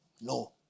No